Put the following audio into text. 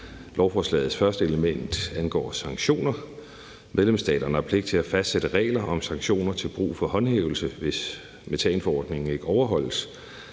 Lovforslagets første element angår sanktioner. Medlemsstaterne har pligt til at fastsætte regler om sanktioner til brug for håndhævelse, hvis metanforordningen ikke overholdes.